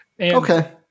Okay